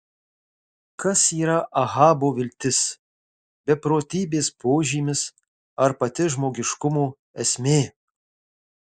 kas yra ahabo viltis beprotybės požymis ar pati žmogiškumo esmė